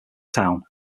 town